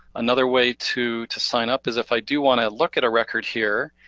another way to to sign up is if i do wanna look at a record here,